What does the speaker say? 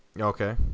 Okay